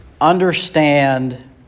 understand